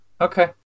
Okay